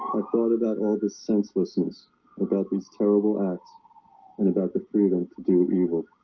i thought about all the senselessness about these terrible acts and about the freedom to do evil